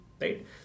right